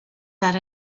that